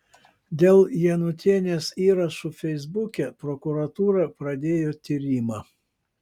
dėl janutienės įrašų feisbuke prokuratūra pradėjo tyrimą